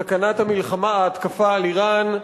סכנת ההתקפה על אירן.